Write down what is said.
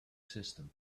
system